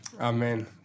Amen